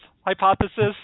hypothesis